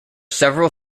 several